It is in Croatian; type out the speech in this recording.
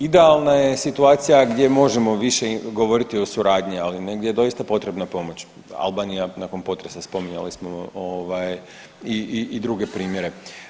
Idealna je situacija gdje možemo više govoriti o suradnji, ali negdje je doista potrebna pomoć, Albanija nakon potresa spominjali smo ovaj i druge primjere.